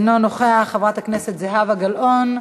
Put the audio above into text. אינו נוכח, חברת הכנסת זהבה גלאון,